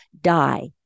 die